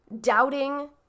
doubting